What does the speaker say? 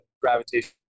gravitation